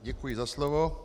Děkuji za slovo.